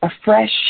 afresh